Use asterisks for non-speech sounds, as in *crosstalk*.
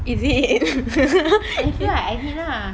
is it *laughs*